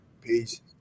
Peace